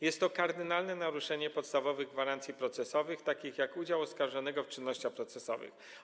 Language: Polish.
Jest to kardynalne naruszenie podstawowych gwarancji procesowych, takich jak udział oskarżonego w czynnościach procesowych.